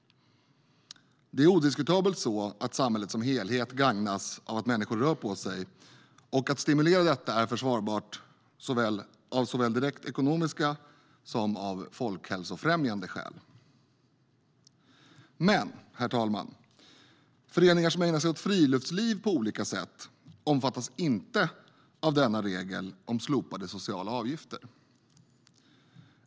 Det är odiskutabelt så att samhället som helhet gagnas av att människor rör på sig, och att stimulera detta är försvarbart av såväl direkt ekonomiska som folkhälsofrämjande skäl. Herr talman! Föreningar som ägnar sig åt friluftsliv på olika sätt, omfattas inte av denna regel om slopade sociala avgifter.